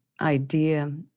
idea